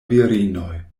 virinoj